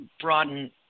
broaden